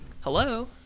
Hello